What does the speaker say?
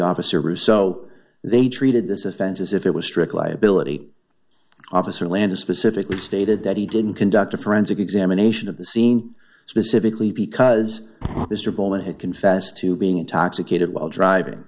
officer russo they treated this offense as if it was strict liability officer landis specifically stated that he didn't conduct a forensic examination of the scene specifically because mr bolen had confessed to being intoxicated while driving